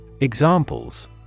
Examples